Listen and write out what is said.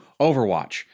Overwatch